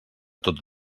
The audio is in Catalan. tot